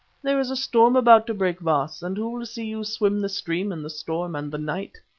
there is a storm about to break, baas, and who will see you swim the stream in the storm and the night?